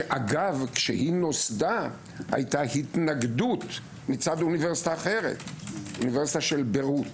שכשנוסדה, היתה התנגדות מצד אוניברסיטת ביירות.